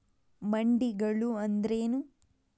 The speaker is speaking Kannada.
ಮಂಡಿಗಳು ಅಂದ್ರೇನು?